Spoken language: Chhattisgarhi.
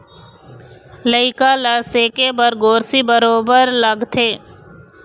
लइका ल सेके बर गोरसी बरोबर लगथे